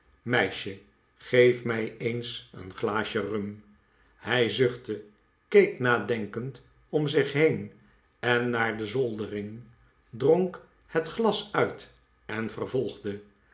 meisje geef mij eens een glaasje rum hij zuchtte keek nadenkend om zich heen en naar de zoldering dronk het glas uit en vervolgde